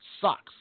sucks